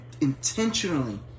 intentionally